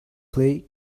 play